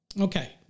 okay